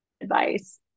advice